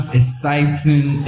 exciting